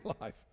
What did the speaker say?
life